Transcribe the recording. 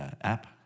app